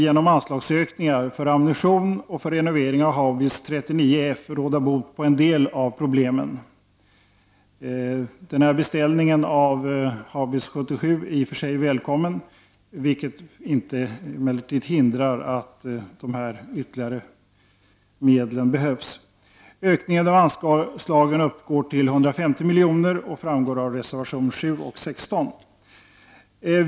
Genom anslagsökningar för ammunition och för renovering av haubits 39F vill vi råda bot på en del av problemen. Beställningen av haubits 77 är i och för sig välkommen, vilket emellertid inte hindrar att ytterligare medel behövs. Ökningen av anslaget uppgår till 150 miljoner och framgår av reservationerna 7 och 16.